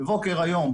אבל בבקשה.